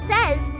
Says